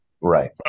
right